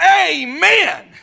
amen